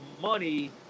money